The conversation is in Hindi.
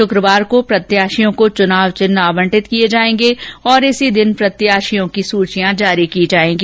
शुक्रवार को प्रत्याशियों को चुनाव चिन्ह आवंटित किये जायेंगे तथा इसी दिन प्रत्याशियों की सूचियां जारी की जायेंगी